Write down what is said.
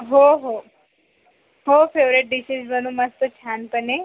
हो हो हो फेवरेट डीशेश बनवू मस्त छानपणे